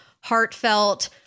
heartfelt